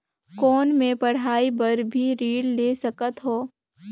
कौन मै पढ़ाई बर भी ऋण ले सकत हो?